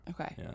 Okay